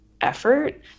effort